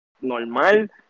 normal